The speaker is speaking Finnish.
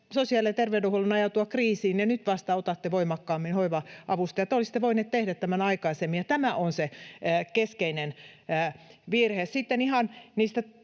sosiaali- ja terveydenhuollon ajautua kriisiin ja nyt vasta otatte voimakkaammin hoiva-avustajat. Te olisitte voineet tehdä tämän aikaisemmin, ja tämä on se keskeinen virhe.